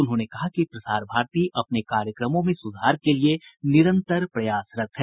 उन्होंने कहा कि प्रसार भारती अपने कार्यक्रमों में सुधार के लिए निरंतर प्रयासरत है